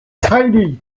tiny